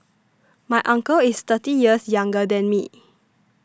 my uncle is thirty years younger than me